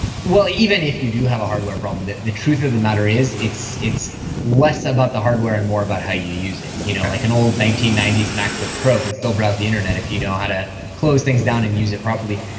well, even if you do have a hardware problem, the the truth of the matter is it's it's less about the hardware and more about how you use it. you know like an old nineteen ninety s macbook pro can still browse the internet if you know how to close things down and use it properly.